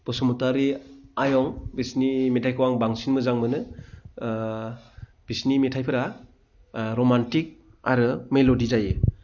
बसुमतारी आयं बिसोरनि मेथाइखौ आं बांसिन मोजां मोनो बिसोरनि मेथाइफोरा रमान्थिक आरो मेल'दि जायो